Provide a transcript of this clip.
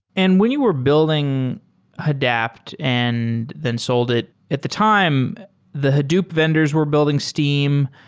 and when you were building hadapt and then sold it, at the time the hadoop vendors were building steam.